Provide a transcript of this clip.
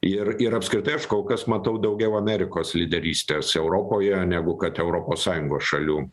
ir ir apskritai aš kol kas matau daugiau amerikos lyderystės europoje negu kad europos sąjungos šalių